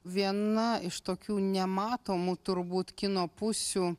viena iš tokių nematomų turbūt kino pusių